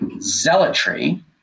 zealotry